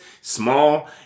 small